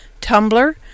Tumblr